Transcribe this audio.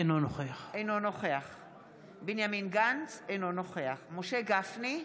אינו נוכח בנימין גנץ, אינו נוכח משה גפני,